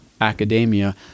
academia